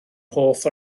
hoff